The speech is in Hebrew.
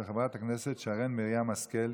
של חברת הכנסת שרן מרים השכל,